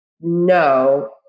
no